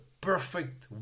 perfect